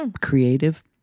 Creative